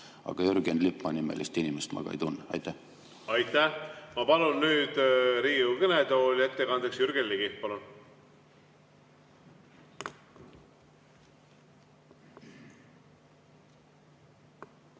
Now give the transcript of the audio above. Aga Jürgen Lippmaa nimelist inimest ma ei tunne. Aitäh! Ma palun nüüd Riigikogu kõnetooli ettekandjaks Jürgen Ligi. Palun!